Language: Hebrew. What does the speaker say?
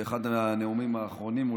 זה אחד מהנאומים האחרונים,